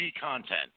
content